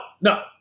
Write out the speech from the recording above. no